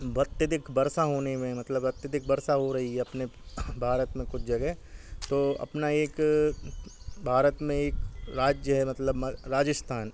वर्तधिक वर्षा होने में मतलब अत्यधिक वर्षा हो रही है अपने भारत में कुछ जगह तो अपना एक भारत में एक राज्य है मतलब राजस्थान